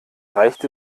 reicht